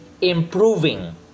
Improving